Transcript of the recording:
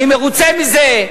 אני מרוצה מזה?